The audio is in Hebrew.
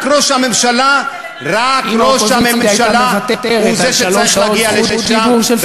רק ראש הממשלה הוא זה שצריך להגיע לשם,